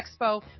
expo